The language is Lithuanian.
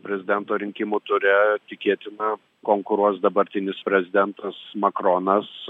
prezidento rinkimų ture tikėtina konkuruos dabartinis prezidentas makronas